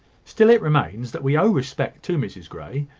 still it remains that we owe respect to mrs grey.